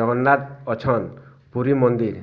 ଜଗନ୍ନାଥ୍ ଅଛନ୍ ପୁରୀ ମନ୍ଦିର୍